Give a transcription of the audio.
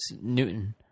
newton